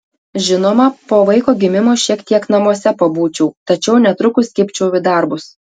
žinoma po vaiko gimimo šiek tiek namuose pabūčiau tačiau netrukus kibčiau į darbus